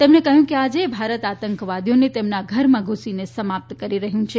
તેમણે કહ્યું કે આજે ભારત આતંકવાદીઓને તેમના ઘરમાં ધૂસી સમાપ્ત કરી રહ્યું છે